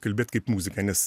kalbėt kaip muzika nes